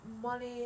money